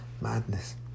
Madness